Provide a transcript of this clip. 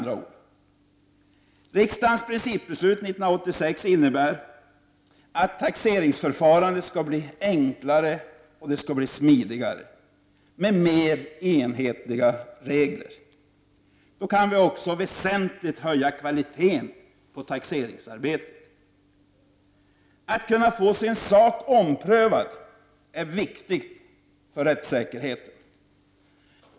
Riksdagens principbeslut 1986 innebär att taxeringsförfarandet skall bli enklare och smidigare och ha mer enhetliga regler. Då kan vi också väsentligt höja kvaliteten på taxeringsarbetet. Att kunna få sin sak omprövad är viktigt för rättssäkerheten.